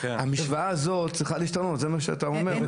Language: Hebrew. המשוואה הזאת צריכה להשתנות, זה מה שאתה אומר.